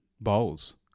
bowls